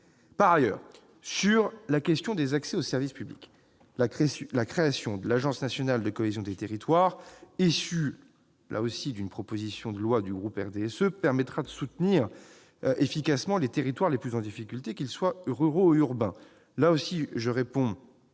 Par ailleurs, s'agissant de l'accès aux services publics, la création de l'Agence nationale de la cohésion des territoires, issue, là aussi, d'une proposition de loi du groupe du RDSE, permettra de soutenir efficacement les territoires les plus en difficulté, qu'ils soient ruraux ou urbains.